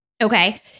Okay